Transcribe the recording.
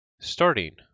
Starting